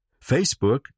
Facebook